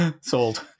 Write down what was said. Sold